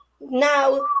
now